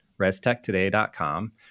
restechtoday.com